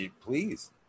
please